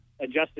adjusted